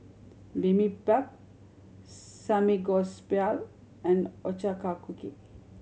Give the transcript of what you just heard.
Bibimbap Samgeyopsal and Ochazuke